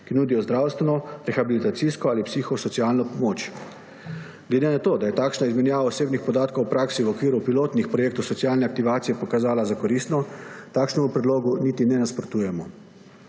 ki nudijo zdravstveno, rehabilitacijsko ali psihosocialno pomoč. Glede na to, da se je takšna izmenjava osebnih podatkov v praksi v okviru pilotnih projektov socialne aktivacije pokazala za koristno, takšnemu predlogu niti ne nasprotujemo.